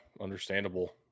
Understandable